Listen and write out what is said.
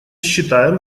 считаем